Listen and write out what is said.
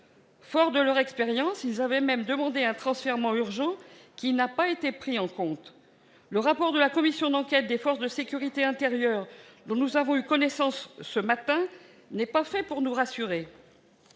Forts de leur expérience, ils avaient même demandé un transfèrement urgent, demande qui n'a pas été prise en compte. Le rapport de la commission d'enquête sur l'état des forces de sécurité intérieure, dont nous avons pris connaissance ce matin, n'est pas fait pour nous rassurer.